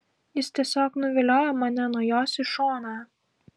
jis tiesiog nuviliojo mane nuo jos į šoną